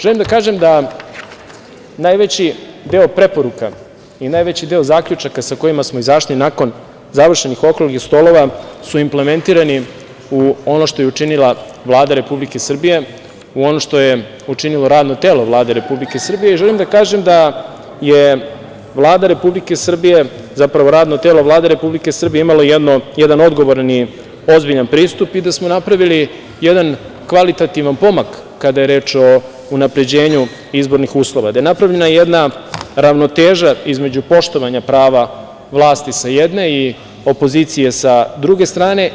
Želim da kažem da najveći deo preporuka i najveći deo zaključaka sa kojima smo izašli nakon završenih okruglih stolova su implementirani u ono što je učinila Vlada Republike Srbije, u ono što je učinilo redno telo Vlade Republike Srbije i želim da kažem da je Vlada Republike Srbije, zapravo radno telo Vlade Republike Srbije imalo jedan odgovorni, ozbiljan pristup i da smo napravili jedan kvalitativan pomak kada je reč o unapređenju izbornih uslova, da je napravljena jedna ravnoteža između poštovanja prava vlasti sa jedne i opozicije sa druge strane.